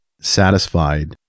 satisfied